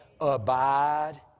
Abide